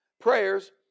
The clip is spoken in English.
prayers